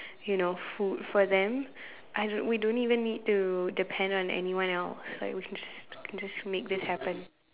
you know food for them I don't we don't even need to depend on anyone else like we can just we can just make this happen